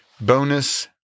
Bonus